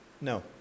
No